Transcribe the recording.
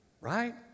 Right